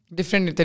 Different